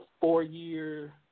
four-year